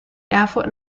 erfurt